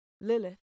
Lilith